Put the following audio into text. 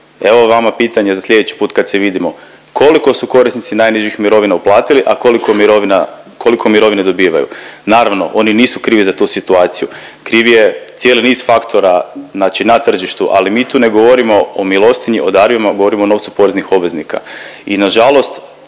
evo vama pitanje za sljedeći put kad se vidimo, koliko su korisnici najnižih mirovina uplatili, a koliko mirovina dobivaju? Naravno, oni nisu krivi za tu situaciju, kriv je cijeli niz faktora, znači na tržištu, ali mi tu ne govorimo o milostinji, o darovima, govorimo o novcu poreznih obveznika